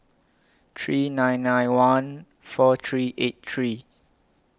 three nine nine one four three eight three